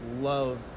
love